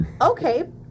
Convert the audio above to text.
okay